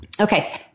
Okay